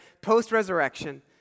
post-resurrection